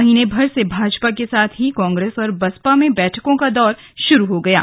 महीने भर से भाजपा के साथ ही कांग्रेस और बसपा में बैठकों का दौर शुरू हो गया थे